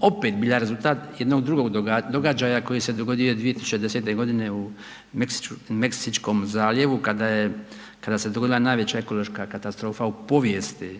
opet bila rezultat jednog drugog događaja koji se dogodio 2010. godine u Meksičkom zaljevu kada se dogodila najveća ekološka katastrofa u povijesti